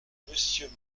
monsieur